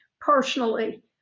personally